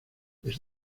les